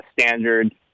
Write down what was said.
standard